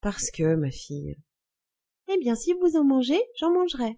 parce que ma fille eh bien si vous en mangez j'en mangerai